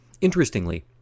Interestingly